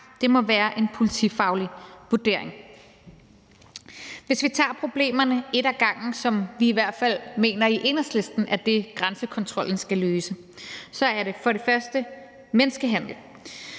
Det må være en politifaglig vurdering. Hvis vi tager problemerne et af gangen – de problemer, som vi i hvert fald i Enhedslisten mener grænsekontrollen skal løse – er det for det første menneskehandel.